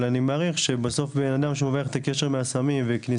אבל אני כן מעריך שבסוף בהקשר של מבריח שמבריח את הסם לעזה,